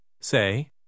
Say